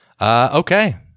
Okay